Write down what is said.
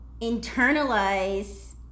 internalize